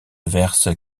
verse